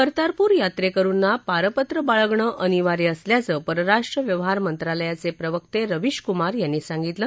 कर्तारपूर यात्रेकरुनां पारपत्र बाळगणं अनिवार्य असल्याचं परराष्ट्र व्यवहार मंत्रालयाचे प्रवक्ते रविश कुमार यांनी सांगितलं